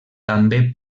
també